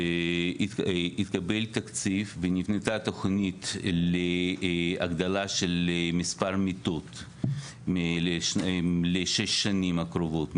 התקבל תקציב ונבנתה תוכנית להגדלה של מספר מיטות בשש השנים הקרובות,